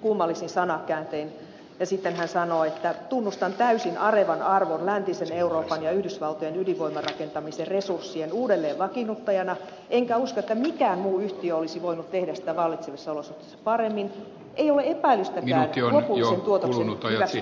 kummallisin sanakääntein ja sitten hän sanoo että tunnustan täysin arevan arvon läntisen euroopan ja yhdysvaltojen ydinvoimarakentamisen resurssien uudelleenvakiinnuttajana enkä usko että mikään muu yhtiö olisi voinut tehdä sitä vallitsevissa olosuhteissa paremmin ja ei ole epäilystäkään lopullisen tuotoksen hyväksyttävyydestä